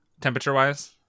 Temperature-wise